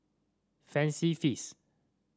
Fancy Feast